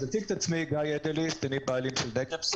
אם זה יתחיל מלמעלה זה גם יחלחל למטה,